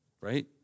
right